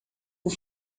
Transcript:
por